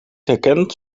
herkent